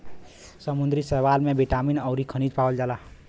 समुंदरी शैवाल में बिटामिन अउरी खनिज पावल जाला